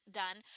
done